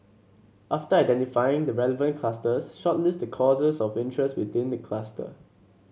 after identifying the relevant clusters shortlist the courses of interest within the cluster